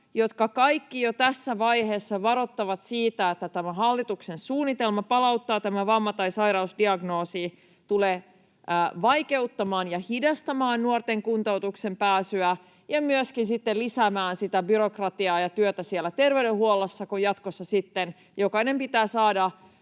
jotka kaikki jo tässä vaiheessa varoittavat siitä, että tämä hallituksen suunnitelma palauttaa tämä vamma‑ tai sairausdiagnoosi tulee vaikeuttamaan ja hidastamaan nuorten kuntoutukseen pääsyä ja myöskin sitten lisäämään byrokratiaa ja työtä terveydenhuollossa, kun jatkossa jokaisen pitää saada